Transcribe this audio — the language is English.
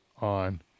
on